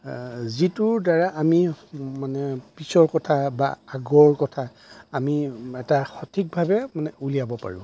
যিটোৰ দ্বাৰা আমি মানে পিছৰ কথা বা আগৰ কথা আমি এটা সঠিকভাৱে মানে উলিয়াব পাৰোঁ